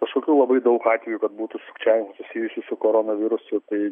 kažkokių labai daug atvejų kad būtų sukčiavimų susijusių su koronavirusu tai